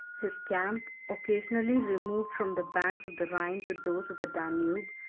his camp, occasionally removed from the banks of the rhine to those of the danube,